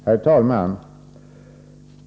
Herr talman!